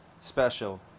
special